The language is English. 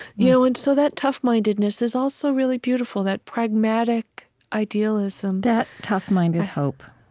you know and so that tough-mindedness is also really beautiful, that pragmatic idealism that tough-minded hope